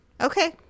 Okay